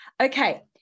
Okay